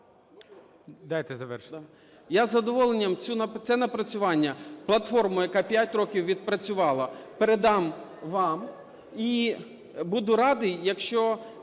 Я з задоволенням це напрацювання, платформу, яка 5 років відпрацювала, передам вам. І буду радий, якщо